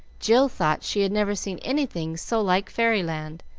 jill thought she had never seen anything so like fairy-land,